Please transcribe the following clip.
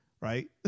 right